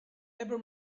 ever